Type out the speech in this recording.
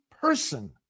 person